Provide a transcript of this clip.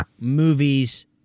movies